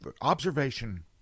observation